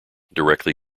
directly